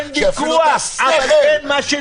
שיפעילו את השכל,